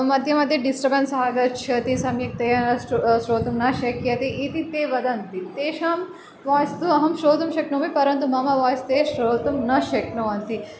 मध्ये मध्ये डिस्टर्बेन्स् आगच्छति सम्यक्तया न श्रो श्रोतुं न शक्यते इति ते वदन्ति तेषां वाय्स् तु अहं श्रोतुं शक्नोमि परन्तु मम वाय्स् ते श्रोतुं न शक्नुवन्ति